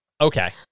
Okay